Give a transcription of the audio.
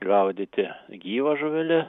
gaudyti gyva žuvele